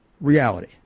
reality